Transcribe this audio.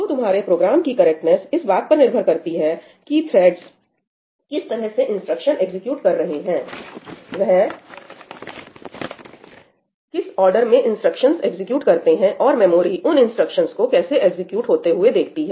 तो तुम्हारे प्रोग्राम की करेक्टनेस इस बात पर निर्भर करती है कि थ्रेडस किस तरह से इंस्ट्रक्शंस एग्जीक्यूट कर रहे हैं वह किस ऑर्डर में इंस्ट्रक्शंस एग्जीक्यूट करते हैं और मेमोरी उन इंस्ट्रक्शंस को कैसे एग्जीक्यूट होते हुए देखती है